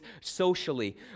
socially